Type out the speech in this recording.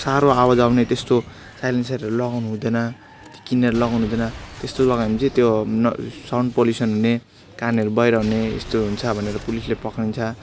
साह्रो आवाज आउने त्यस्तो साइलेन्सरहरू लगाउनु हुँदैन कि किनेर लगाउनु हुँदैन त्यस्तो लगायो भने चाहिँ त्यो न साउन्ड पल्युसन हुने कानहरू बहिरा हुने यस्तो हुन्छ भनेर पुलिसले पक्रिन्छ